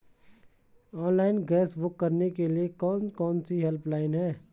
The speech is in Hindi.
ऑनलाइन गैस बुक करने के लिए कौन कौनसी हेल्पलाइन हैं?